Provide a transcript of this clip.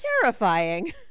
terrifying